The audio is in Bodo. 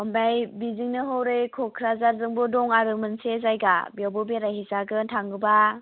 ओमफ्राय बिदिनो हरै क'क्राझारजोंबो दं आरो मोनसे जायगा बेयावबो बेरायहैजागोन थाङोबा